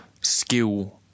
skill